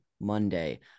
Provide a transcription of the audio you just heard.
Monday